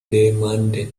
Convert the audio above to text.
demanded